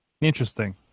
Interesting